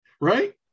Right